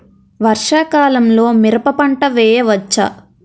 వర్షాకాలంలో మిరప పంట వేయవచ్చా?